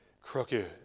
crooked